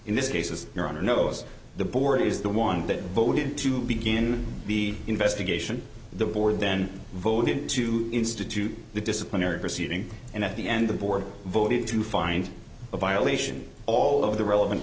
in this case is no nos the board is the one that voted to begin the investigation the board then voted to institute the disciplinary proceeding and at the end the board voted to find a violation all of the relevant